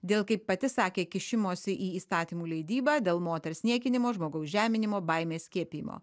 dėl kaip pati sakė kišimosi į įstatymų leidybą dėl moters niekinimo žmogaus žeminimo baimės skiepijimo